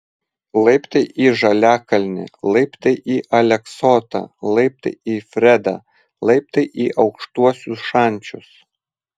laiptai į žaliakalnį laiptai į aleksotą laiptai į fredą laiptai į aukštuosius šančius